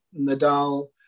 Nadal